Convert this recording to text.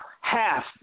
half